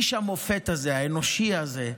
איש המופת הזה, האנושי הזה,